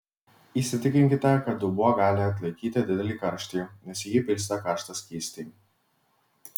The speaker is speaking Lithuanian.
įsitikinkite kad dubuo gali atlaikyti didelį karštį nes į jį pilsite karštą skystį